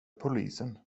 polisen